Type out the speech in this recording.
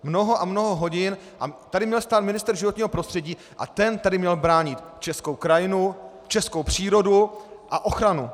Mnoho a mnoho hodin a tady měl stát ministr životního prostředí a ten tady měl bránit českou krajinu, českou přírodu a ochranu.